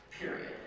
period